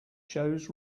shows